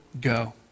go